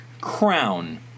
Crown